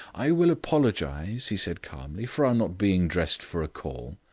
i will apologize, he said calmly, for our not being dressed for a call,